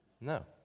No